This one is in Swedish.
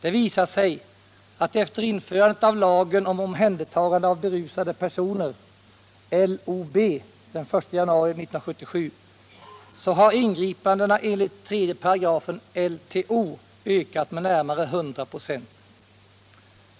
Det visar sig att efter införandet av lagen om omhändertagande av berusade personer — LOB - den 1 januari 1977 har ingripandena enligt 3 § LTO ökat med närmare 100 96.